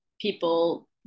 people